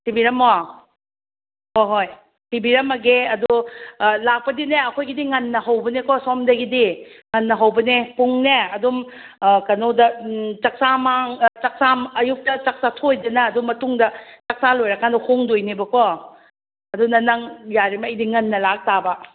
ꯊꯤꯕꯤꯔꯝꯃꯣ ꯍꯣꯏ ꯍꯣꯏ ꯊꯤꯕꯤꯔꯝꯃꯒꯦ ꯑꯗꯣ ꯂꯥꯛꯄꯗꯤꯅꯦ ꯑꯩꯈꯣꯏꯒꯤꯗꯤ ꯉꯟꯅ ꯍꯧꯕꯅꯦꯀꯣ ꯁꯣꯝꯗꯒꯤꯗꯤ ꯉꯟꯅ ꯍꯧꯕꯅꯦ ꯄꯨꯡꯅꯦ ꯑꯗꯨꯝ ꯀꯩꯅꯣꯗ ꯆꯥꯛ ꯆꯥ ꯃꯥꯡ ꯆꯥꯛ ꯆꯥ ꯑꯌꯨꯛꯇ ꯆꯥꯛ ꯆꯥꯊꯣꯛ ꯑꯅꯤꯗꯅ ꯑꯗꯨ ꯃꯇꯨꯡꯗ ꯆꯥꯛ ꯆꯥ ꯂꯣꯏꯔꯀꯥꯟꯗ ꯍꯣꯡꯗꯣꯏꯅꯦꯕꯀꯣ ꯑꯗꯨꯅ ꯅꯪ ꯌꯥꯔꯤꯉꯩꯗꯤ ꯉꯟꯅ ꯂꯥꯛ ꯇꯥꯕ